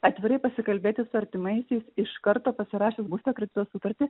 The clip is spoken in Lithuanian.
atvirai pasikalbėti su artimaisiais iš karto pasirašius būsto kredito sutartį